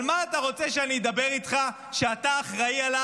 על מה אתה רוצה שאני אדבר איתך ואתה אחראי לו